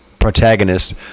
protagonist